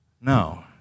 No